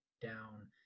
down